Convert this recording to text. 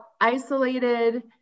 isolated